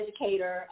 educator